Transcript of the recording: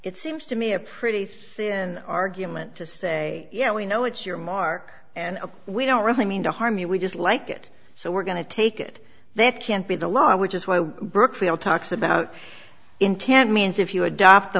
it seems to me a pretty thin argument to say yeah we know it's your mark and we don't really mean to harm you we just like it so we're going to take it that can't be the law which is why we brookfield talks about intent means if you adopt